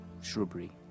shrubbery